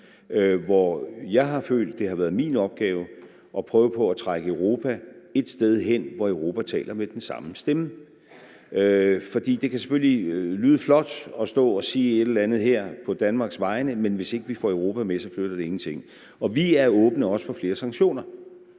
har jeg følt, at det har været min opgave at prøve på at trække Europa et sted hen, hvor Europa taler med den samme stemme. For det kan selvfølgelig lyde flot at stå og sige et eller andet her på Danmarks vegne, men hvis ikke vi får Europa med, så flytter det ingenting; og vi er også åbne over for flere sanktioner.